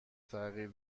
تغییر